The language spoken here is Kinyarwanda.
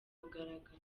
mugaragaro